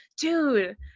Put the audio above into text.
dude